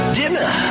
dinner